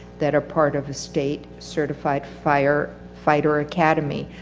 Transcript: that are part of a state certified fire fighter academy.